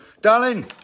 Darling